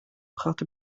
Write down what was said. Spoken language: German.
brachte